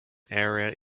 area